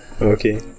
Okay